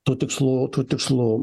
tų tikslų tų tikslų